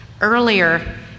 earlier